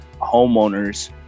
homeowners